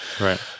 Right